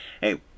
Hey